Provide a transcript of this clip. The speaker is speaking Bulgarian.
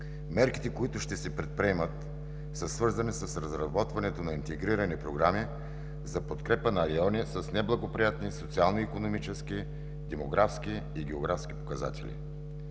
Мерките, които ще се предприемат, са свързани с разработването на интегрирани програми за подкрепа на райони с неблагоприятни социално-икономически, демографски и географски показатели.